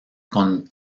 con